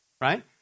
right